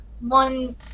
one